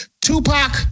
Tupac